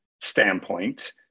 standpoint